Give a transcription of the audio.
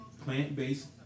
plant-based